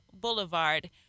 Boulevard